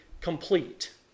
complete